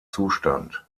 zustand